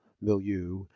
milieu